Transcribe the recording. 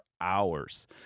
hours